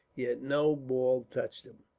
yet no ball touched him.